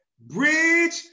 Bridge